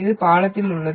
இது பாலத்தில் உள்ளது